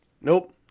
Nope